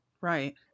Right